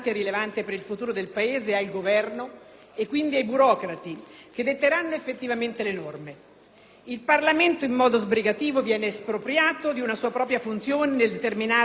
Il Parlamento, in modo sbrigativo, viene espropriato di una sua propria funzione nel determinare le risorse e le modalità con le quali si finanzia il fondo perequativo e tutto il resto.